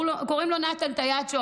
קוראים לו נתן טיאצ'ו,